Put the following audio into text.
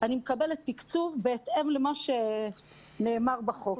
אני מקבלת תקצוב בהתאם למה שנאמר בחוק.